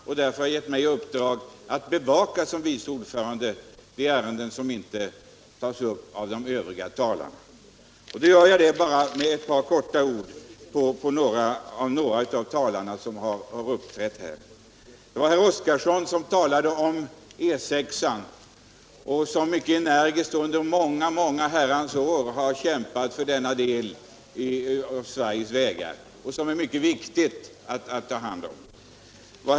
Han har därför givit mig i uppdrag att som vice ordförande ta upp synpunkter som inte har berörts av övriga talare. Herr Oskarson talade om E 6. Han har mycket energiskt under många år kämpat för denna del av Sveriges vägar. Det är också mycket viktigt att vi tar hand om den.